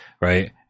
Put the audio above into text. right